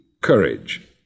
Courage